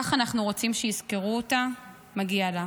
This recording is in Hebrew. כך אנחנו רוצים שיזכרו אותה, מגיע לה.